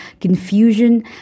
confusion